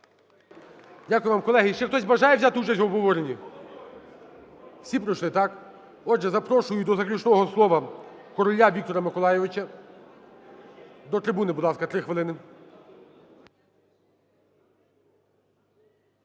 Дякую вам, колеги. Ще хтось бажає взяти участь в обговоренні? Всі пройшли, так? Отже, запрошую до заключного слова Короля Віктора Миколайовича. До трибуни, будь ласка, 3 хвилини.